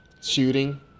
shooting